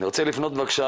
אבל לפחות